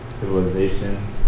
civilizations